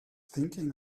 thinking